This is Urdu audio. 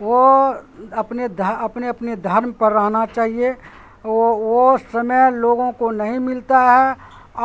وہ اپنے اپنے اپنے دھرم پر رہنا چاہیے وہ وہ سمے لوگوں کو نہیں ملتا ہے